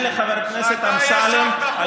חבר הכנסת אמסלם.